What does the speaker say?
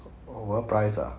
overpriced ah